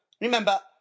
Remember